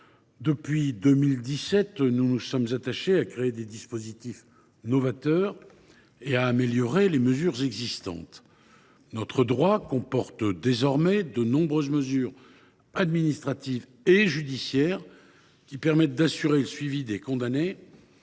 Depuis 2017, nous nous sommes efforcés de créer des dispositifs novateurs et d’améliorer les mesures existantes. Notre droit comporte désormais de nombreuses mesures administratives et judiciaires qui permettent d’assurer le suivi des condamnés